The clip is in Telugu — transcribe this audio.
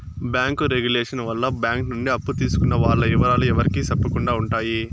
బ్యాంకు రెగులేషన్ వల్ల బ్యాంక్ నుండి అప్పు తీసుకున్న వాల్ల ఇవరాలు ఎవరికి సెప్పకుండా ఉంటాయి